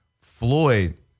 Floyd